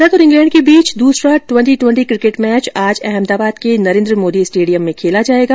भारत और इंग्लैंड के बीच दूसरा ट्वेंटी ट्वेंटी क्रिकेट मैच आज अहमदाबाद के नरेंद्र मोदी स्टेडियम में खेला जाएगा